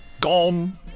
Gone